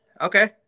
Okay